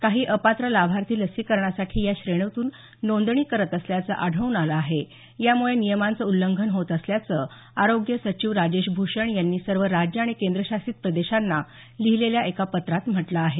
काही अपात्र लाभार्थी लसीकरणासाठी या श्रेणीतून नोंदणी करत असल्याचं आढळून आलं आहे यामुळे नियमांचं उल्लंघन होत असल्याचं आरोग्य सचिव राजेश भूषण यांनी सर्व राज्य आणि केंद्र शासित प्रदेशांना लिहिलेल्या पत्रात म्हटल आहे